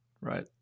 Right